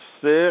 six